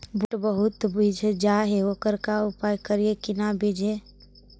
बुट बहुत बिजझ जा हे ओकर का उपाय करियै कि न बिजझे?